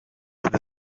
the